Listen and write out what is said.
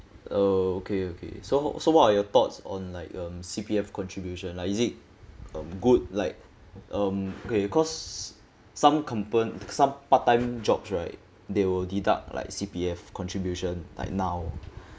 oh okay okay so so what are your thoughts on like um C_P_F contribution lah is it uh good like um okay cause some company some part time jobs right they will deduct like C_P_F contribution like now